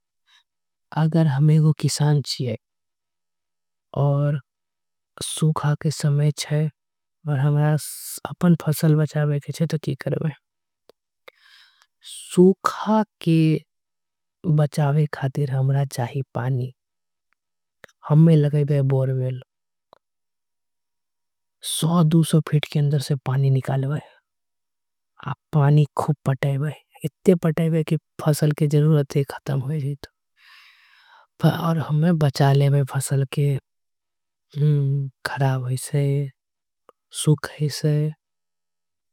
अगर हम एगो किसान छीये और सुखा के समय छे। त की करबे सुखा से फसल ल बचवे खातिर हमें। लगेबे बोरवेल सौ दु सौ फीट से पानी खूब पटेबे। की फसल के जरूरत खत्म हो जइते।